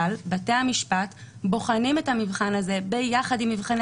אבל בתי המשפט בוחנים את המבחן הזה ביחד עם מבחני